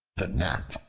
the gnat,